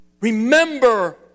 Remember